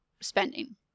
spending